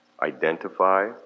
identify